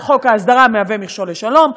אבל חוק ההסדרה מהווה מכשול לשלום,